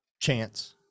chance